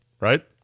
Right